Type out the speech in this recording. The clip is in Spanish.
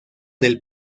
del